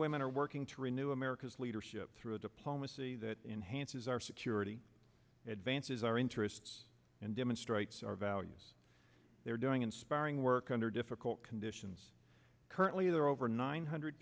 women are working to renew america's leadership through diplomacy that enhances our security advances our interests and demonstrates our values they're doing inspiring work under difficult conditions currently that are over nine hundred